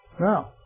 No